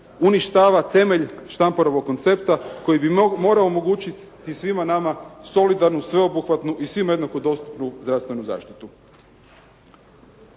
uništava temelj Štamparovog koncepta koji bi morao omogućiti i svima nama solidarnu, sveobuhvatnu i svima jednako dostupnu zdravstvenu zaštitu.